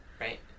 right